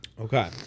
Okay